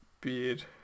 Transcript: beard